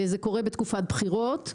זה קורה בתקופת בחירות.